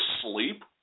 sleep